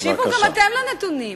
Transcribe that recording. תקשיבו גם אתם לנתונים,